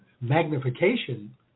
magnification